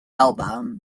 album